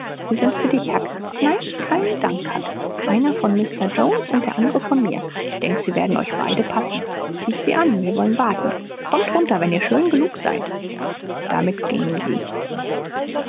sie sind für dich huck nein keinen dank huck einer von mr jones der andere von mir denk sie werden euch beiden passen zieht sie an wir wollen warten kommt runter wenn ihr schön genug seid damit ging sie